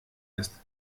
ist